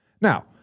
Now